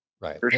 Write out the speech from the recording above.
Right